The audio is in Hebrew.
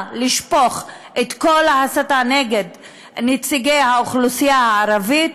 לשפוך את כל ההסתה נגד נציגי האוכלוסייה הערבית,